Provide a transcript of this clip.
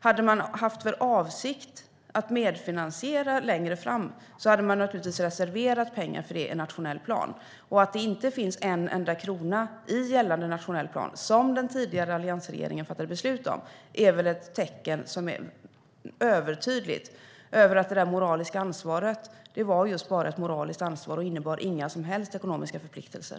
Hade man haft för avsikt att medfinansiera längre fram hade man naturligtvis reserverat pengar för det i en nationell plan. Att det inte finns en enda krona i gällande nationell plan, som den tidigare alliansregeringen fattade beslut om, är väl ett övertydligt tecken på att det där moraliska ansvaret var just bara ett moraliskt ansvar och inte innebar några som helst ekonomiska förpliktelser.